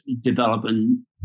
developing